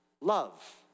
love